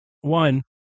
one